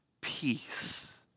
peace